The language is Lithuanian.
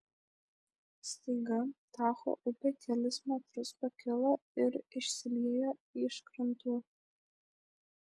staiga tacho upė kelis metrus pakilo ir išsiliejo iš krantų